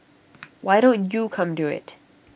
why don't you come do IT